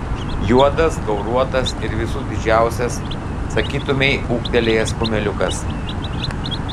juodas gauruotas ir visų didžiausias sakytumei ūgtelėjęs kumeliukas